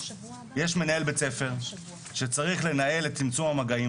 יש מנהל בית ספר שצריך לנהל את צמצום המגיעם,